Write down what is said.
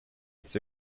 its